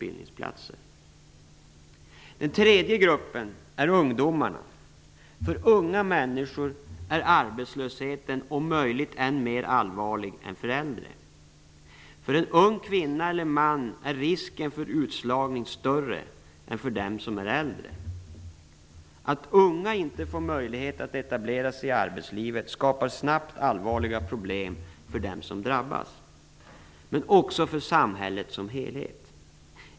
Den tredje gruppen är ungdomarna. För unga människor är arbetslösheten om möjligt än mer allvarlig än vad den är för äldre. För en ung kvinna eller man är risken för utslagning större än för dem som är äldre. Att unga inte får möjlighet att etablera sig i arbetslivet skapar snabbt allvarliga problem för dem som drabbas, men också för samhället som helhet.